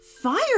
fire